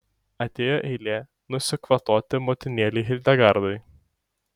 atėjo eilė nusikvatoti motinėlei hildegardai